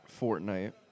Fortnite